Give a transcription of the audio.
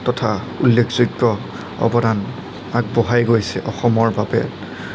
তথা উল্লেখযোগ্য অৱদান আগবঢ়াই গৈছে অসমৰ বাবে